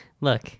Look